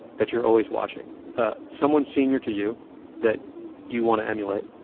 that you're always watching someone senior to you that you want to emulate,